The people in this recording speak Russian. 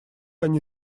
они